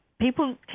people